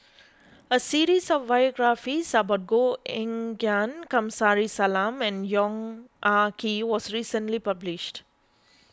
a series of biographies about Koh Eng Kian Kamsari Salam and Yong Ah Kee was recently published